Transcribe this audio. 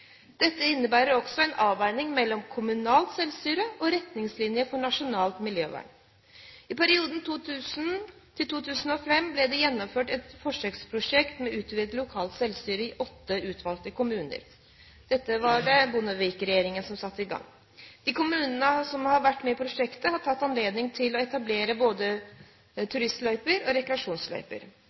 innebærer også en avveining mellom kommunalt selvstyre og retningslinjer for nasjonalt miljøvern. I perioden 2000–2005 ble det gjennomført et forsøksprosjekt med utvidet lokalt selvstyre i åtte utvalgte kommuner. Dette var det Bondevik-regjeringen som satte i gang. De kommunene som har vært med i prosjektet, har hatt anledning til å etablere både turistløyper og rekreasjonsløyper.